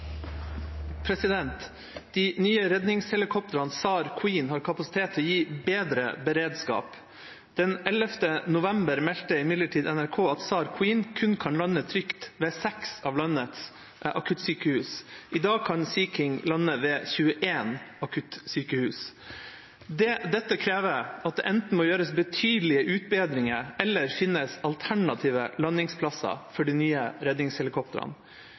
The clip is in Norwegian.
å gi bedre beredskap. Den 11. november meldte imidlertid NRK at SAR Queen kun kan lande trygt ved seks av landets akuttsykehus. I dag kan Sea King lande ved 21 akuttsykehus. Dette krever at det enten må gjøres betydelige utbedringer eller finnes alternative landingsplasser for de nye redningshelikoptrene.